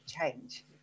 change